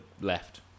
left